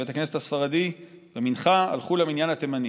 בבית הכנסת הספרדי ובמנחה הלכו למניין התימני.